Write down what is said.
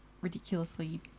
ridiculously